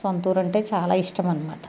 సొంతూరు అంటే చాలా ఇష్టం అన్నమాట